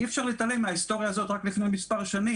אי אפשר להתעלם מהיסטוריה של משהו שקרה רק לפני מספר שנים.